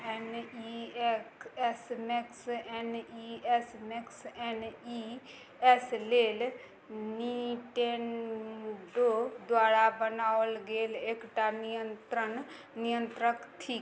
N E S max N E S max N E S लेल Nintendo द्वारा बनाओल गेल एकटा नियंत्रण नियन्त्रक थिक